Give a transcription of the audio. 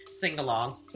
sing-along